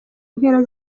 mpera